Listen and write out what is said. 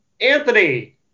anthony